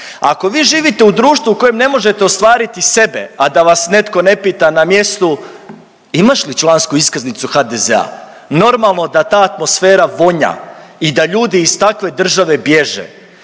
ako vi živite u društvu u kojem ne možete ostvariti sebe, a da vas netko ne pita na mjestu imaš li člansku iskaznicu HDZ-a. Normalno da ta atmosfera vonja i da ljudi iz takve države bježe,